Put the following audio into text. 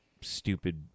stupid